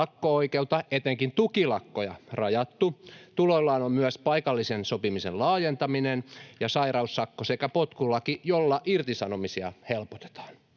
Lakko-oikeutta, etenkin tukilakkoja, on rajattu. Tuloillaan on myös paikallisen sopimisen laajentaminen ja sairaussakko sekä potkulaki, jolla irtisanomisia helpotetaan.